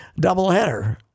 Doubleheader